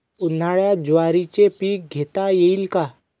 उन्हाळ्यात ज्वारीचे पीक घेता येईल का?